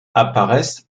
apparaissent